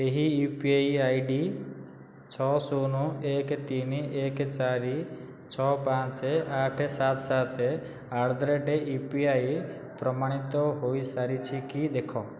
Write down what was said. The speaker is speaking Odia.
ଏହି ୟୁପିଆଇ ଆଇଡ଼ି ଛଅ ଶୂନ ଏକ ତିନି ଏକ ଚାରି ଛଅ ପାଞ୍ଚ ଆଠ ସାତ ସାତ ଆଟ ଦ ରେଟ୍ ୟୁପିଆଇ ପ୍ରମାଣିତ ହୋଇସାରିଛି କି ଦେଖ